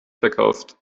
verkauft